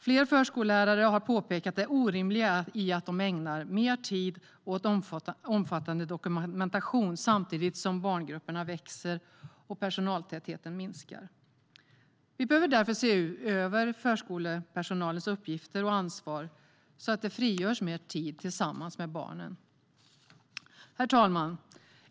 Flera förskollärare har påpekat det orimliga i att de ska ägna mer tid åt omfattande dokumentation samtidigt som barngrupperna växer och personaltätheten minskar. Vi behöver därför se över förskolepersonalens uppgifter och ansvar, så att mer tid frigörs tillsammans med barnen. Herr talman!